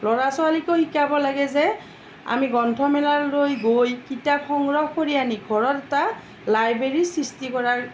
ল'ৰা ছোৱালীকো শিকাব লাগে যে আমি গ্ৰন্থমেলালৈ গৈ কিতাপ সংগ্ৰহ কৰি আনি ঘৰত এটা লাইব্ৰেৰী সৃষ্টি কৰাৰ